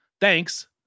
Thanks